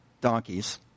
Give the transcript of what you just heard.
donkeys